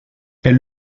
elle